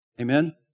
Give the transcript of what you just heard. Amen